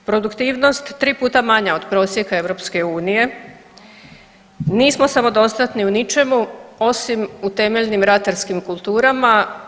Produktivnost 3 puta manja od prosjeka EU, nismo samodostatni u ničemu osim u temeljnim ratarskim kulturama.